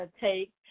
take